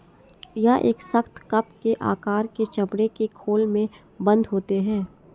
यह एक सख्त, कप के आकार के चमड़े के खोल में बन्द होते हैं